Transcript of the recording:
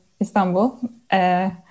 Istanbul